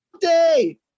day